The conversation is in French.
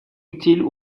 utiles